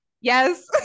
Yes